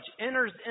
enters